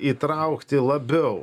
įtraukti labiau